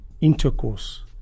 intercourse